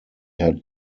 had